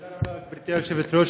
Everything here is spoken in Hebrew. תודה רבה, גברתי היושבת-ראש.